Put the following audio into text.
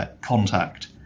contact